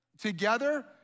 together